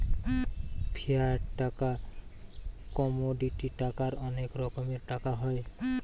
fiat টাকা, commodity টাকার অনেক রকমের টাকা হয়